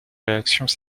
réactions